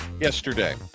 yesterday